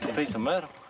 piece of metal.